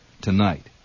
tonight